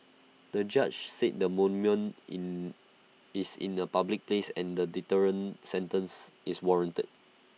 the judge said the monument in is in A public place and A deterrent sentence is warranted